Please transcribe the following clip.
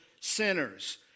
sinners